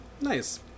nice